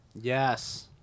Yes